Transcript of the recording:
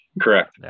Correct